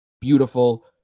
beautiful